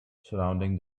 surrounding